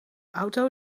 auto